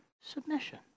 submission